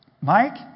Mike